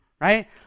right